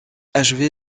achevé